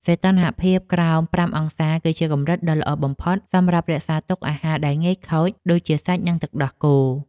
សីតុណ្ហភាពក្រោមប្រាំអង្សាសេ គឺជាកម្រិតដ៏ល្អបំផុតសម្រាប់រក្សាទុកអាហារដែលងាយខូចដូចជាសាច់និងទឹកដោះគោ។